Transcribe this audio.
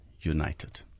united